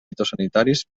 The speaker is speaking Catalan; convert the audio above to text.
fitosanitaris